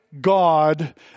God